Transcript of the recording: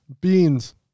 Beans